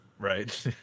right